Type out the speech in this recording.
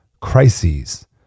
crises